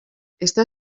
está